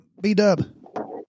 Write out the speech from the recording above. B-Dub